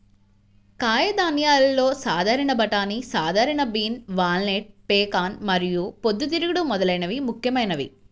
కాయధాన్యాలలో సాధారణ బఠానీ, సాధారణ బీన్, వాల్నట్, పెకాన్ మరియు పొద్దుతిరుగుడు మొదలైనవి ముఖ్యమైనవి